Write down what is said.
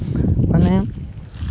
ᱢᱟᱱᱮ